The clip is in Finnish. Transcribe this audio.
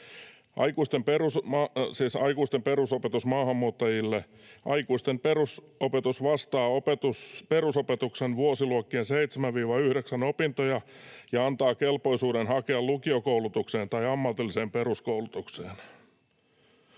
Aikuisten perusopetus maahanmuuttajille vastaa perusopetuksen vuosiluokkien 7—9 opintoja ja antaa kelpoisuuden hakea lukiokoulutukseen tai ammatilliseen peruskoulutukseen.